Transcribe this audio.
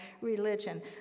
religion